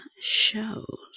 shows